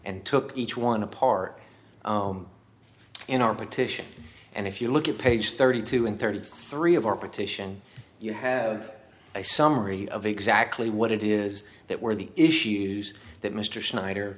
and took each one a part in our petition and if you look at page thirty two and thirty three of our petition you have a summary of exactly what it is that were the issues that mr s